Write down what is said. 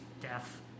death